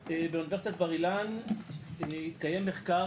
להגיד שבאוניברסיטת בר אילן נעשה מחקר,